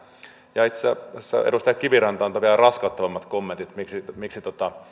ja itse asiassa edustaja kiviranta antoi vielä raskauttavammat kommentit miksi miksi